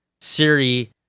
Siri